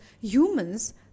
humans